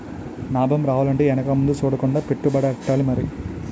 నాబం రావాలంటే ఎనక ముందు సూడకుండా పెట్టుబడెట్టాలి మరి